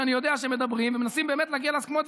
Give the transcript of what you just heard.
שאני יודע שמדברים ומנסים באמת להגיע להסכמות.